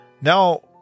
Now